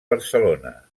barcelona